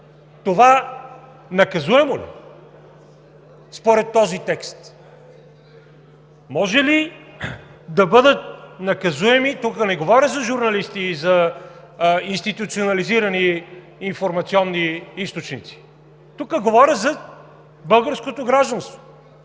Това наказуемо ли е според този текст? Може ли да бъдат наказуеми – тук не говоря за журналисти и за институционализирани информационни източници, тук говоря за българското гражданство,